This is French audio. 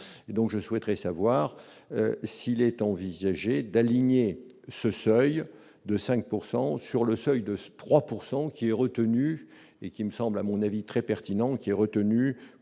donc je souhaiterais savoir s'il est envisagé d'aligner ce seuil de 5 pourcent sur le seuil de 3 pourcent qui est retenue et qui me semble à mon avis très pertinent qui est retenu